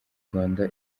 rwanda